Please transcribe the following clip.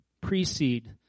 Precede